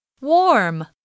Warm